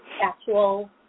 actual